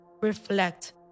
reflect